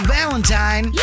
Valentine